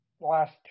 last –